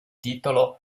titolo